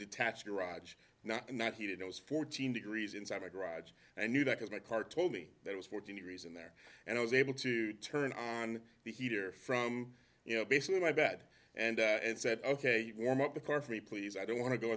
detached garage not not heated it was fourteen degrees inside my garage and knew that because my car told me that was fourteen degrees in there and i was able to turn on the heater from you know basically my bad and and said ok you can warm up the car for me please i don't want to go